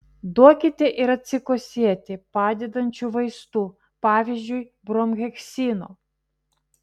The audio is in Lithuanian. duokite ir atsikosėti padedančių vaistų pavyzdžiui bromheksino